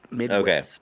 Okay